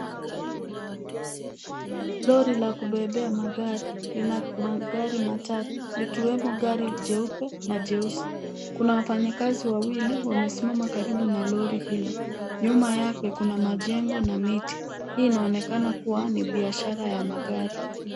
Lori la kubebea magari lina magari matatu likiwemo gari nyeupe na jeusi kuna wafanyikazi wawili wamesimama karibu na lori hilo, nyuma yake kuna majengo na miti hii inaonekana kuwa ni biashara ya magari.